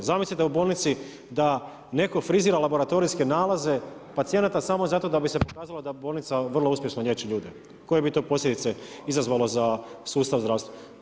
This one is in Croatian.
Zamislite da u bolnici frizira laboratorijske nalaze pacijenata samo zato da bi se pokazala da bolnica vrlo uspješno liječi ljude, koje bi to posljedice izazvalo za sustav zdravstva.